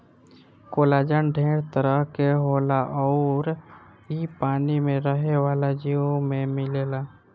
collagen ढेर तरह के होला अउर इ पानी में रहे वाला जीव में मिलेला